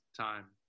time